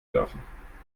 dürfen